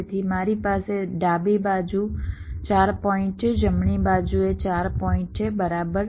તેથી મારી પાસે ડાબી બાજુ 4 પોઇન્ટ છે જમણી બાજુએ 4 પોઇન્ટ છે બરાબર